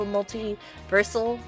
Multiversal